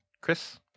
Chris